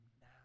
now